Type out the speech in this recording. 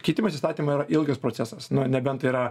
keitimas įstatymų yra ilgas procesas na nebent yra